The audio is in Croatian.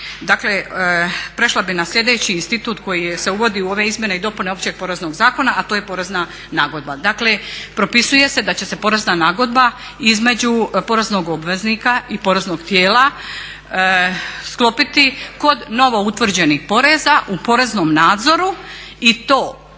Dakle, prešla bih na slijedeći institut koji se uvodi u ove izmjene i dopune Općeg poreznog zakona, a to je porezna nagodba. Dakle, propisuje se da će se porezna nagodba između poreznog obveznika i poreznog tijela sklopiti kod novoutvrđenih poreza u poreznom nadzoru i to prije